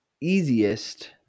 easiest